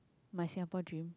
my Singapore dream